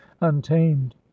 untamed